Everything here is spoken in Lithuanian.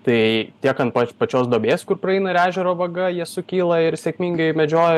tai tiek ant pa pačios duobės kur praeina ir ežero vaga jie sukyla ir sėkmingai medžioja